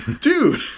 Dude